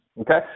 Okay